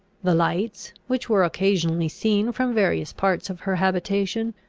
the lights which were occasionally seen from various parts of her habitation,